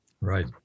Right